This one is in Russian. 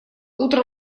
утро